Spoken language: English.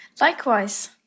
Likewise